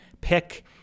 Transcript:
pick